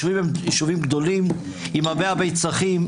יישובים הם יישובים גדולים עם הרבה צרכים,